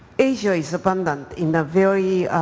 asia is abundant in the very